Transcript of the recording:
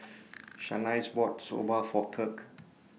Shanice bought Soba For Kirk